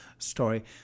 Story